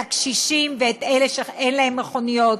את הקשישים ואת אלה שאין להם מכוניות,